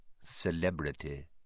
celebrity